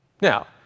Now